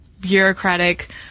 bureaucratic